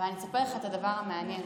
אני אספר לך את הדבר המעניין.